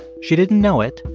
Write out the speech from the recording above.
she didn't know it,